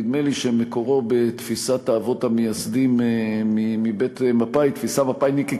נדמה לי שמקורו בתפיסת האבות המייסדים מבית מפא"י,